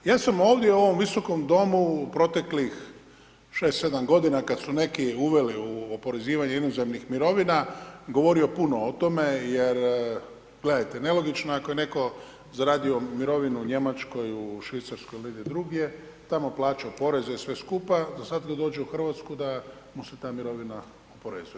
Ja sam ovdje, u ovom visokom domu u proteklih 6, 7 godina kad su neki uveli o oporezivanju inozemnih mirovina, govorio puno o tome jer, gledajte, nelogično je ako je netko zaradio mirovinu u Njemačkoj, u Švicarskoj ili negdje drugdje, tamo plaćao poreze, sve skupa, a sad kad dođe u Hrvatsku da mu se ta mirovina oporezuje.